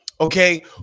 Okay